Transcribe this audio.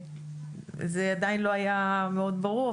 זה עדיין לא היה מאוד ברור,